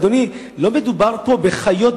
אדוני, לא מדובר פה בחיות.